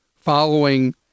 following